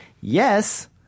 Yes